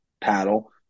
paddle